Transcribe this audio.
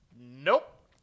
nope